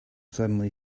suddenly